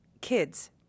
kids